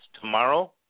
Tomorrow